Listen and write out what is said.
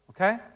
Okay